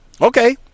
Okay